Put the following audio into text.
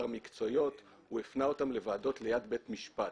מקצועיות הוא הפנה אותם לוועדות ליד בית משפט.